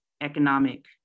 economic